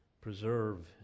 preserve